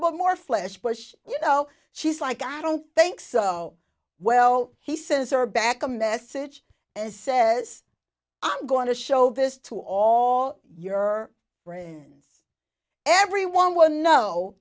bit more flesh push you know she's like i don't think so well he says her back a message and says i'm going to show this to all your friends everyone will know